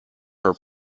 her